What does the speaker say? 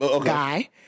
guy